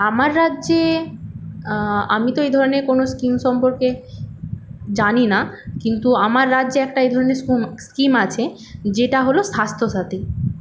আমার রাজ্যে আমি তো এই ধরণের কোনো স্কিম সম্পর্কে জানি না কিন্তু আমার রাজ্যে একটা এই ধরণের স্কিম আছে যেটা হল স্বাস্থ্যসাথি